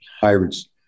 hybrids